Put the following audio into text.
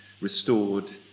restored